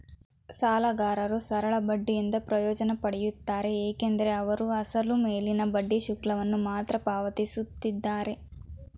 ಸಾಲಗಾರರು ಸರಳ ಬಡ್ಡಿಯಿಂದ ಪ್ರಯೋಜನ ಪಡೆಯುತ್ತಾರೆ ಏಕೆಂದರೆ ಅವರು ಅಸಲು ಮೇಲಿನ ಬಡ್ಡಿ ಶುಲ್ಕವನ್ನು ಮಾತ್ರ ಪಾವತಿಸುತ್ತಿದ್ದಾರೆ